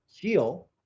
heal